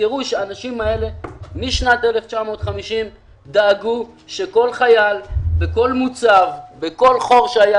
תזכרו שהאנשים האלה משנת 1950 דאגו שכל חייל בכל מוצב ובכל חור שהיה,